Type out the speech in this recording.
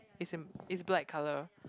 is in is black colour